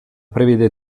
prevede